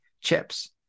chips